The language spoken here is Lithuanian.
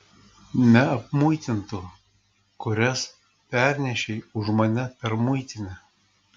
neapmuitintų kurias pernešei už mane per muitinę